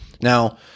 Now